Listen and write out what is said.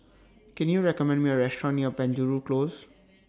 Can YOU recommend Me A Restaurant near Penjuru Close